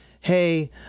Hey